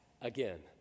again